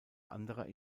anderer